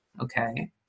okay